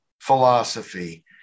philosophy